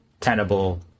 tenable